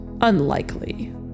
Unlikely